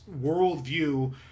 worldview